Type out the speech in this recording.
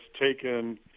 taken